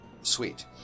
Sweet